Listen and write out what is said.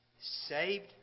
saved